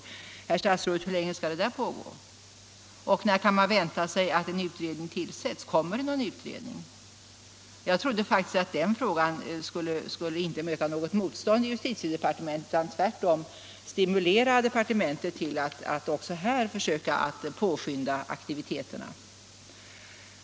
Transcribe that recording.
Herr statsråd, hur länge skall de pågå, när kan man vänta sig att en utredning tillsätts? Kommer det någon utredning? Jag trodde faktiskt inte att den saken skulle möta något motstånd i justitiedepartementet utan tvärtom att den skulle stimulera departementet att också här försöka påskynda aktiviteterna.